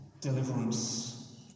deliverance